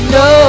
no